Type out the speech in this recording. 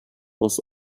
was